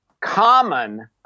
common